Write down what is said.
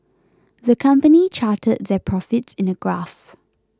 the company charted their profits in a graph